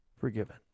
forgiven